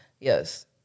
Yes